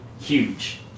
huge